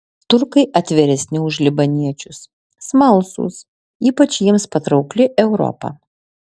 turkai atviresni už libaniečius smalsūs ypač jiems patraukli europa